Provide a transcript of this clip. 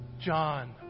John